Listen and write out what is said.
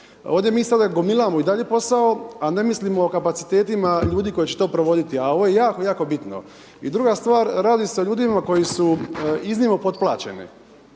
Ovdje mi sada gomilamo i dalje posao, a ne mislimo o kapacitetima ljudi koji će to provoditi, a ovo je jako, jako bitno. A druga stvar, radi se o ljudima koji su iznimno potplaćeni.